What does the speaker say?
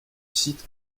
site